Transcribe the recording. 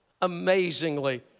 amazingly